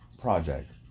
project